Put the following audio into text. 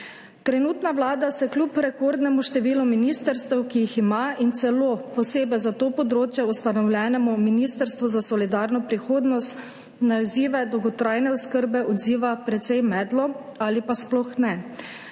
Trenutna vlada se kljub rekordnemu številu ministrstev, ki jih ima, in celo posebej za to področje ustanovljenemu Ministrstvu za solidarno prihodnost na izzive dolgotrajne oskrbe odziva precej medlo ali pa sploh ne,